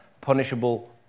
punishable